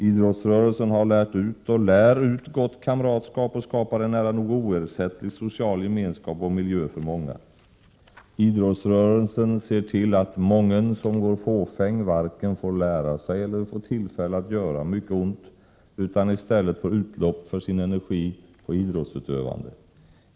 Idrottsrörelsen har lärt ut och lär ut gott kamratskap och skapar en nära nog oersättlig social gemenskap och miljö för många. Idrottsrörelsen ser till att mången som går fåfäng varken får lära sig eller får tillfälle att göra mycket ont utan i stället får utlopp för sin energi genom idrottsutövande.